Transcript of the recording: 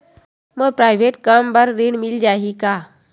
मोर private कम बर ऋण मिल जाही का?